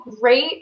great